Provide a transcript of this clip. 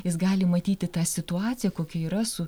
jis gali matyti tą situaciją kokia yra su